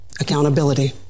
Accountability